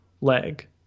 leg